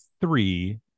three